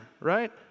right